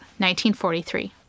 1943